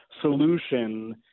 solution